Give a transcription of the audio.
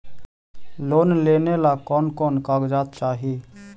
Loan लेने ला कोन कोन कागजात चाही?